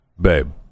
babe